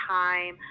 time